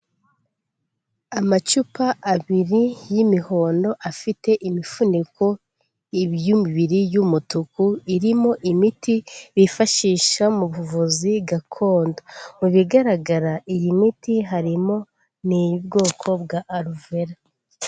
Amacupa abiri y'imihondo afite imifuniko y'umubiri y'umutuku irimo imiti bifashisha mu buvuzi gakondo ,mu bigaragara iyi miti harimo n'iy'ubwoko bwa aluvera.